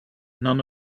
none